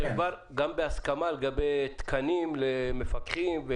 אתם בהסכמה לגבי תקנים למפקחים?